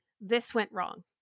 this-went-wrong